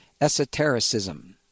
esotericism